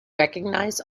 recognise